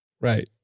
Right